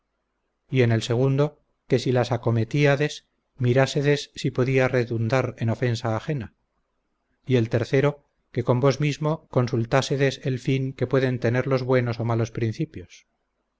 y en el segundo que si las acometíades mirásedes si podía redundar en ofensa ajena y el tercero que con vos mismo consultásedes el fin que pueden tener los buenos o malos principios